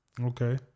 Okay